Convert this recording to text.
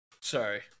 Sorry